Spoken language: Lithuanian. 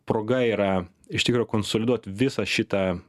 proga yra iš tikro konsoliduot visą šitą